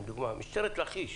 משטרת לכיש